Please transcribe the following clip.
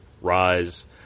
Rise